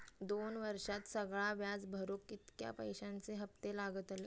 दोन वर्षात सगळा व्याज भरुक कितक्या पैश्यांचे हप्ते लागतले?